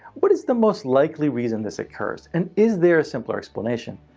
what is the most likely reason this occurs? and is there a simpler explanation?